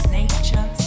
nature